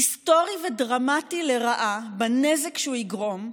היסטורי ודרמטי לרעה בנזק שהוא יגרום,